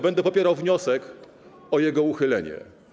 Będę popierał wniosek o jego uchylenie.